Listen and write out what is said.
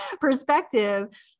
perspective